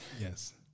yes